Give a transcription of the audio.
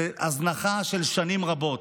זאת הזנחה של שנים רבות.